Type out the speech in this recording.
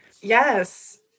Yes